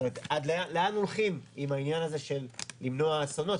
עד לאן הולכים עם העניין הזה של למנוע אסונות,